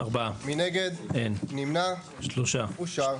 4 נמנעים 3 אושר.